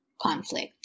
conflict